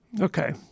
Okay